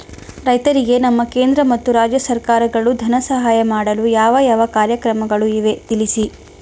ರೈತರಿಗೆ ನಮ್ಮ ಕೇಂದ್ರ ಮತ್ತು ರಾಜ್ಯ ಸರ್ಕಾರಗಳು ಧನ ಸಹಾಯ ಮಾಡಲು ಯಾವ ಯಾವ ಕಾರ್ಯಕ್ರಮಗಳು ಇವೆ ತಿಳಿಸಿ?